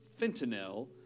fentanyl